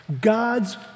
God's